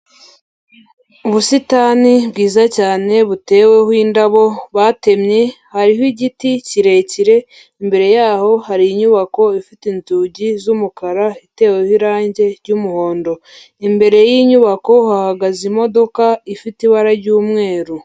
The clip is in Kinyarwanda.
Ubusitani bwiza cyane buteweho indabo batemye, hariho igiti kirekire, imbere yaho hari inyubako ifite inzugi z'umukara iteweho irangi ry'umuhondo, imbere y'iyi nyubako hahagaze imodoka ifite ibara ry'umweru.